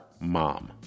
Mom